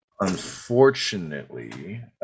unfortunately